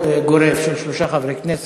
הוחלט להעביר אותה ברוב גורף של שלושה חברי כנסת,